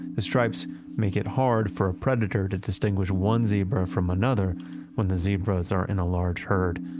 the stripes make it hard for a predator to distinguish one zebra from another when the zebras are in a large herd.